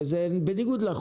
וזה בניגוד לחוק.